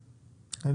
--- טוב.